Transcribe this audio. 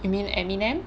you mean eminem